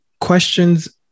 questions